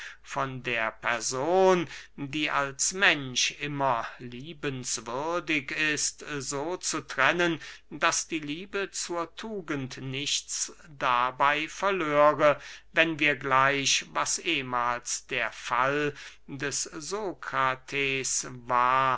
von der person die als mensch immer liebenswürdig ist so zu trennen daß die liebe zur tugend nichts dabey verlöre wenn wir gleich was ehmahls der fall des sokrates war